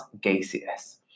gaseous